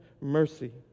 mercy